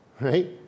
right